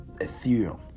Ethereum